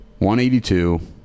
182